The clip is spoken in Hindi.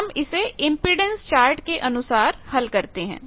इसलिए हम इसे इंपेडेंस चार्ट के अनुसार हल करते हैं